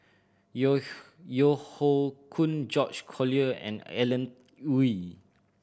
Yeo Yeo Hoe Koon George Collyer and Alan Oei